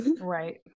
right